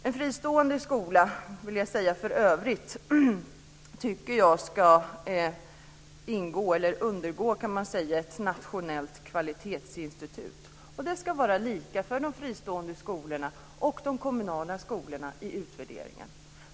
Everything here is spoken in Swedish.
En fristående skola ska omfattas av ett nationellt kvalitetsinstitut. Det ska vara lika för de fristående skolorna och de kommunala skolorna vid utvärderingen.